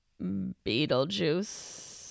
beetlejuice